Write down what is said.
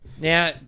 Now